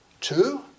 two